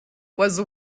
was